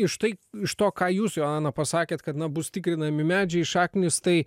štai iš to ką jūs joana pasakėt kad bus tikrinami medžiai šaknys tai